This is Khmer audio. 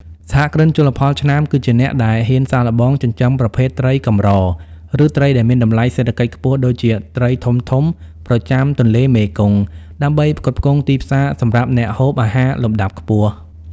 សហគ្រិនជលផលឆ្នើម គឺជាអ្នកដែលហ៊ានសាកល្បងចិញ្ចឹមប្រភេទត្រីកម្រ ឬត្រីដែលមានតម្លៃសេដ្ឋកិច្ចខ្ពស់ដូចជាត្រីធំៗប្រចាំទន្លេមេគង្គ ដើម្បីផ្គត់ផ្គង់ទីផ្សារសម្រាប់អ្នកហូបអាហារលំដាប់ខ្ពស់។